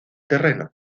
terreno